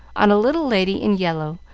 on a little lady in yellow,